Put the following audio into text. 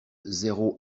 zéro